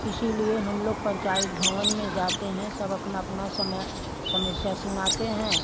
इसीलिए हम लोग पंचायत भवन में जाते हैं सब अपना अपना समय समस्या सुनाते हैं